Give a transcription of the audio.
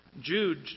Jude